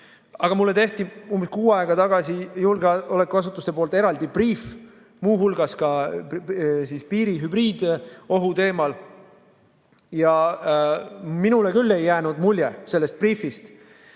Aga mulle tehti umbes kuu aega tagasi julgeolekuasutuste poolt eraldi briif muu hulgas ka piiri hübriidohu teemal. Ja minule küll ei jäänud mulje sellest briifist,